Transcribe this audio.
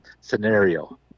scenario